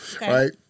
right